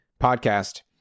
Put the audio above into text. podcast